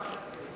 יש קו?